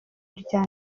rya